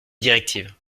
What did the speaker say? directives